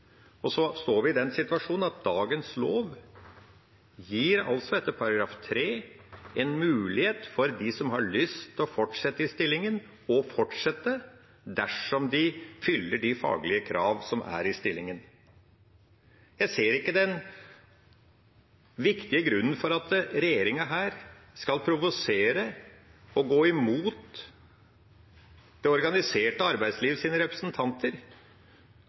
står i den situasjonen at dagens lov etter § 3 gir en mulighet for dem som har lyst til å fortsette i stillingen, til å fortsette dersom de fyller de faglige krav som er i stillingen. Jeg ser ikke den viktige grunnen til at regjeringa her skal provosere og gå imot det organiserte arbeidslivets representanter,